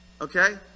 okay